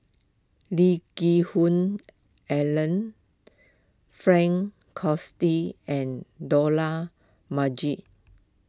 Lee Geck Hoon Ellen Frank and Dollah Majid